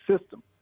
system